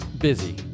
busy